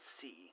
see